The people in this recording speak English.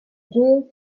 drill